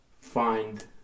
find